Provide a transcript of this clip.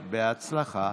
הצבעה.